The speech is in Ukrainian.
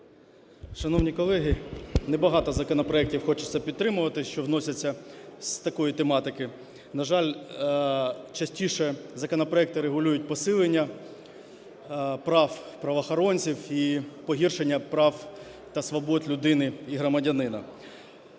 Шановні колеги, не багато законопроектів хочеться підтримувати, що вносяться з такої тематики. На жаль, частіше законопроекти регулюють посилення прав правоохоронців і погіршення прав та свобод людини і громадянина.